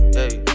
hey